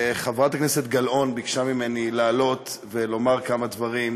שקמה בקדנציה הזאת ואמורה להסתיים בתום הקדנציה הזאת.